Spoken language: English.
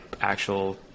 actual